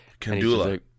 Kandula